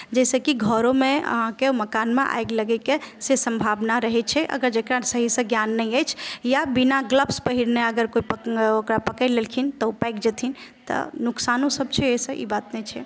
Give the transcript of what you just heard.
जाहिसँ कि घरोमे अहाँकेँ मकानमे आगि लगयके से सम्भावना रहैत छै अगर जकरा सहीसँ ज्ञान नहि अछि या बिना ग्लब्स पहिरने अगर कोइ ओकरा पकड़ि लेलखिन तऽ ओ पाकि जेथिन तऽ नुकसानोसभ छै अइसँ ई बात नहि छै